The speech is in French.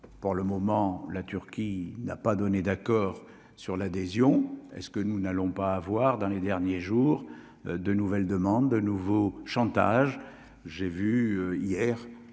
pour le moment, la Turquie n'a pas donné d'accord sur l'adhésion est ce que nous n'allons pas avoir dans les derniers jours de nouvelles demandes de nouveau chantage,